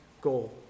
goal